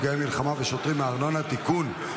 נפגעי מלחמה ושוטרים מארנונה) (תיקון,